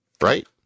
right